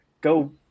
go –